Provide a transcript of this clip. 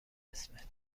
اسمت